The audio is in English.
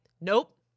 Nope